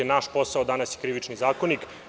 Naš posao danas je Krivični zakonik.